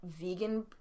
vegan